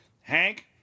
Hank